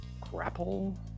Grapple